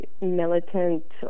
militant